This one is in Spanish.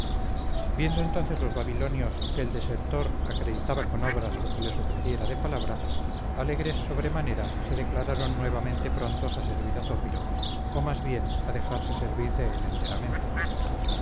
viendo entonces los babilonios que el desertor acreditaba con obras lo que les ofreciera de palabra alegres sobremanera se declararon nuevamente prontos a servir a zópiro o más bien a dejarse servir de él enteramente